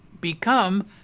become